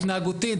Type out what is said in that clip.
התנהגותי,